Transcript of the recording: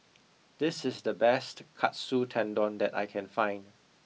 this is the best Katsu Tendon that I can find